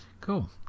cool